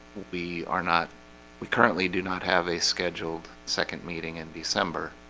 we are not we currently do not have a scheduled second meeting in december